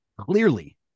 clearly